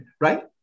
right